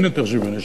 אין יותר שוויון,